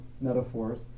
metaphors